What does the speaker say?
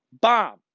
bomb